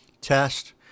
test